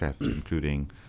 including